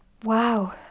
Wow